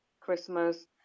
Christmas